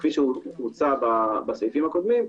כפי שהוצע בסעיפים הקודמים,